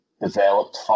developed